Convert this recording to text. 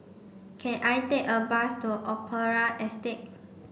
can I take a bus to Opera Estate